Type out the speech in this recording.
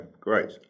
great